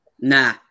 Nah